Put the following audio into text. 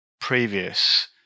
previous